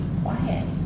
quiet